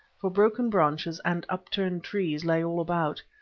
for broken branches and upturned trees lay all about.